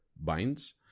binds